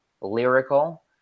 lyrical